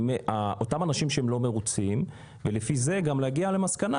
אותם אנשים שהם לא מרוצים ולפי זה גם להגיע למסקנה